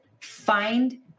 find